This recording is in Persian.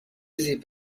زیپ